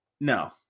No